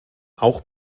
auch